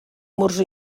murs